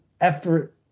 effort